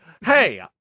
Hey